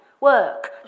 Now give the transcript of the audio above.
work